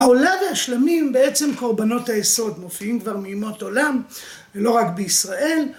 העולה והשלמים בעצם קורבנות היסוד מופיעים כבר מימות עולם ולא רק בישראל.